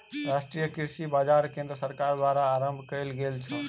राष्ट्रीय कृषि बाजार केंद्र सरकार द्वारा आरम्भ कयल गेल छल